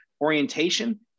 orientation